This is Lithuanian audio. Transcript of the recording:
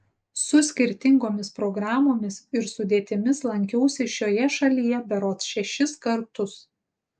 su skirtingomis programomis ir sudėtimis lankiausi šioje šalyje berods šešis kartus